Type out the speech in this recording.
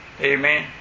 Amen